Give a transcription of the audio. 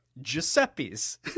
Giuseppe's